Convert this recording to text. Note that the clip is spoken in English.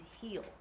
heal